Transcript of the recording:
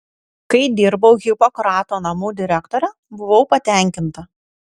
kai dirbau hipokrato namų direktore buvau patenkinta